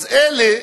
אז אלה,